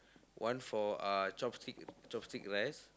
one for uh chopstick chopstick rice